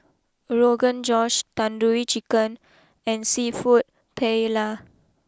Rogan Josh Tandoori Chicken and Seafood Paella